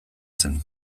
zen